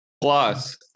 Plus